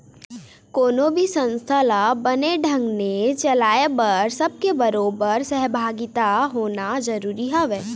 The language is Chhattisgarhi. कोनो भी संस्था ल बने ढंग ने चलाय बर सब के बरोबर सहभागिता होना जरुरी हवय